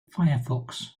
firefox